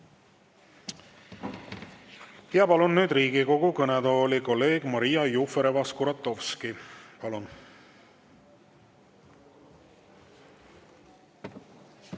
Palun nüüd Riigikogu kõnetooli kolleeg Maria Jufereva-Skuratovski. Palun!